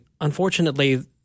Unfortunately